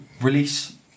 release